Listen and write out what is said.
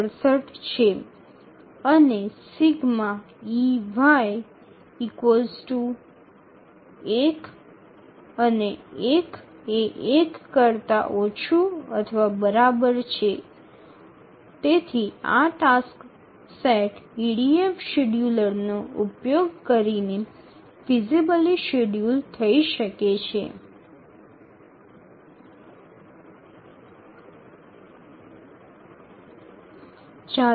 ૬૭ છે અને ∑ey1 અને 1 ≤ 1 છે અને તેથી આ ટાસ્ક સેટ ઇડીએફ શેડ્યૂલરનો ઉપયોગ કરીને ફિઝિબલી શેડ્યૂલ થઈ શકે છે